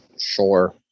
sure